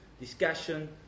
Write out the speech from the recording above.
discussion